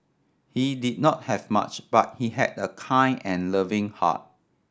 he did not have much but he had a kind and loving heart